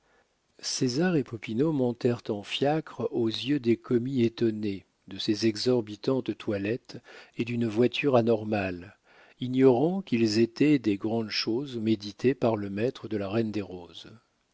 césar et popinot montèrent en fiacre aux yeux des commis étonnés de ces exorbitantes toilettes et d'une voiture anormale ignorants qu'ils étaient des grandes choses méditées par le maître de la reine des roses